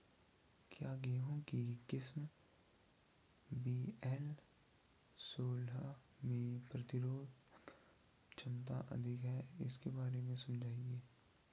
क्या गेहूँ की किस्म वी.एल सोलह में प्रतिरोधक क्षमता अधिक है इसके बारे में समझाइये?